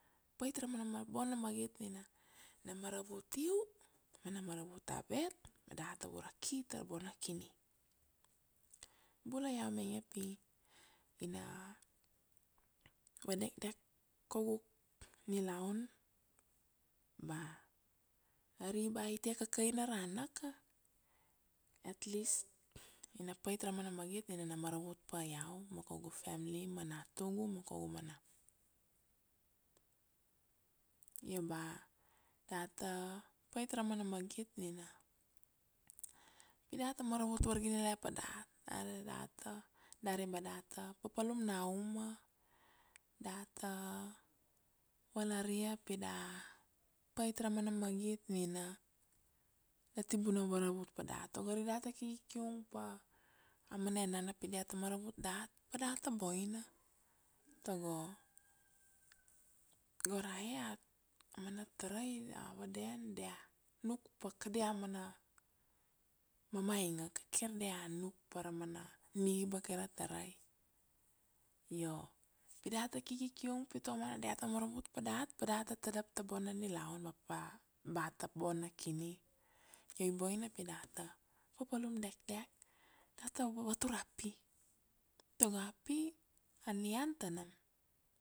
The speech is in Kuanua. pait ra mana bona magit nina na maravut u mana maravut avet, data vura ki ta ra bona kini. Bula iau mainge pi na vadekdek kaugu nilaun ba ari ba itia kakaina rana ka, atleast ina pait ra mana magit nina na maravut pa iau ma kaugu family ma natugu ma kaugu mana. Io ba data pait ra mana magit nina, pi data maravut vargiliane pa dat, dari ba data papalum na uma, data valaria pi da pait ra mana magit nina na tibuna maravut pa dat. Tago ari data ki kiung pa a mana enana pi dia ta maravut dat, pa data boina tago, go rae, a mana tarai a vaden dia nuk pa ka dia mana mamainga ka, kir dia nuk pa ra mana niba kai ra tarai. Io pi data ki kiung pi ta u mana dia ta maravut pa dat, pa data tadap ta bona nilaun, pa ta bona kini. Io i boina pi data papalum dekdek, data vavatur ra pi, tago a pi a nian ta nam.